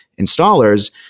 installers